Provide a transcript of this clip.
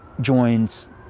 joins